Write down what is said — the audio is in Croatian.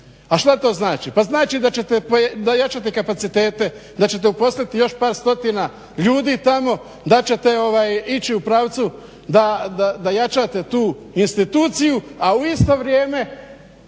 A što to znači? Pa znači da ćete pojačati kapacitete, da ćete uposliti još par stotina ljudi tamo, da ćete ići u pravcu da jačate tu instituciju, a u isto vrijeme